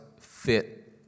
fit